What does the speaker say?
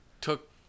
took